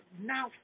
now